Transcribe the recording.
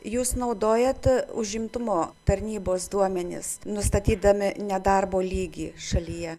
jūs naudojate užimtumo tarnybos duomenis nustatydami nedarbo lygį šalyje